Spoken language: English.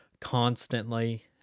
constantly